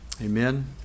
Amen